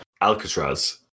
Alcatraz